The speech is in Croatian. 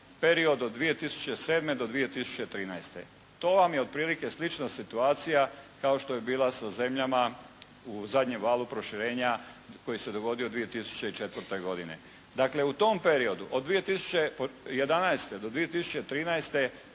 period od 2007. do 2013. To vam je otprilike slična situacija kao što je bila sa zemljama u zadnjem valu proširenja koji se dogodio 2004. godine. Dakle, u tom periodu od 2011. do 2013.